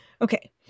Okay